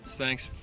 Thanks